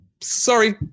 Sorry